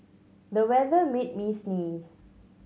the weather made me sneeze